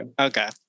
Okay